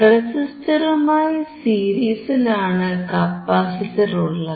റെസിസ്റ്ററുമായി സീരീസിലാണ് കപ്പാസിറ്ററുള്ളത്